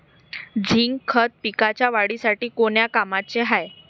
Zinc खत पिकाच्या वाढीसाठी कोन्या कामाचं हाये?